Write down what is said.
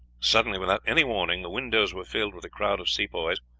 suddenly, without any warning, the windows were filled with a crowd of sepoys,